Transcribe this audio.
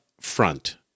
front